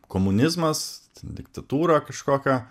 komunizmas diktatūrą kažkokią